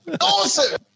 Awesome